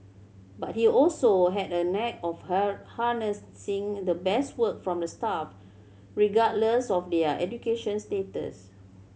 but he also had a knack of her harnessing the best work from the staff regardless of their education status